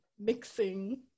mixing